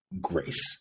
grace